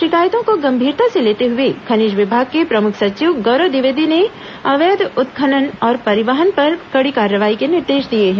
शिकायतों को गंभीरता से लेते हुए खनिज विभाग के प्रमुख सचिव गौरव द्विवेदी ने अवैध उत्खनन और परिवहन पर कड़ी कार्रवाई के निर्देश दिए हैं